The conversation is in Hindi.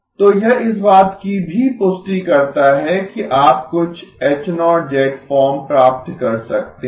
तो यह इस बात की भी पुष्टि करता है कि आप कुछ फॉर्म प्राप्त कर सकते हैं